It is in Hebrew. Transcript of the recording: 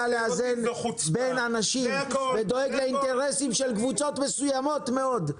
שאתה לא יודע לאזן בין אנשים ודואג לאינטרסים של קבוצות מסוימות מאוד,